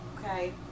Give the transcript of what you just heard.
Okay